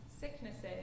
sicknesses